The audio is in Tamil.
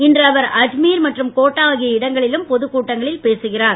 இன்று அவர் அஜ்மீர் மற்றும் கோட்டா ஆகிய இடங்களிலும் பொதுக் கூட்டங்களில் பேசுகிறார்